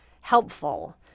helpful